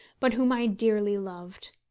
but whom i dearly loved.